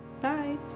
Bye